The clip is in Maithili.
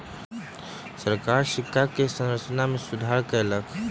सरकार सिक्का के संरचना में सुधार कयलक